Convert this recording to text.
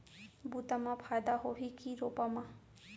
बुता म फायदा होही की रोपा म?